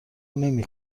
نمی